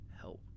help